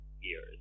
years